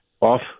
off